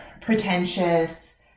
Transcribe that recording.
pretentious